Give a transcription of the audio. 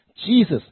Jesus